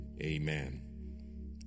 amen